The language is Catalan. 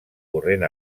corrent